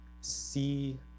see